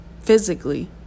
physically